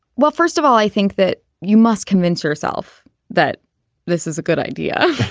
well first of all i think that you must convince yourself that this is a good idea.